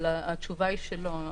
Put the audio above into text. אבל התשובה היא שלא.